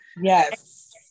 Yes